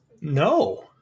No